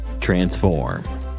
Transform